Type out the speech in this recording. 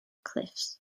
cliffs